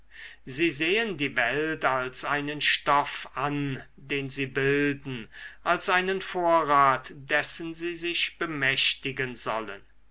sie sehen die welt als einen stoff an den sie bilden als einen vorrat dessen sie sich bemächtigen sollen